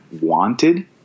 wanted